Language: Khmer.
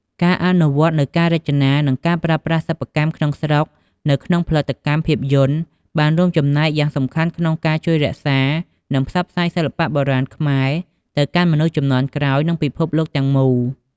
ការអនុវត្តនូវការរចនា និងការប្រើប្រាស់សិប្បកម្មក្នុងស្រុកនៅក្នុងផលិតកម្មភាពយន្ត បានរួមចំណែកយ៉ាងសំខាន់ក្នុងការ ជួយរក្សា និងផ្សព្វផ្សាយសិល្បៈបុរាណខ្មែរ ទៅកាន់មនុស្សជំនាន់ក្រោយ និងពិភពលោកទាំងមូល។